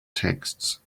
texts